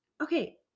Okay